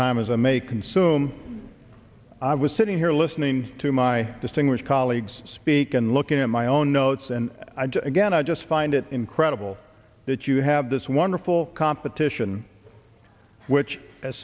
time as i may consume i was sitting here listening to my distinguished colleagues speak and looking at my own notes and again i just find it incredible that you have this wonderful competition which